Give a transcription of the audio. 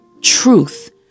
truth